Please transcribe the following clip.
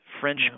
French